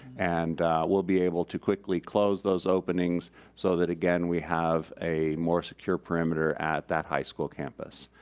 and we'll be able to quickly close those openings so that again, we have a more secure perimeter at that high school campus.